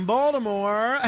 Baltimore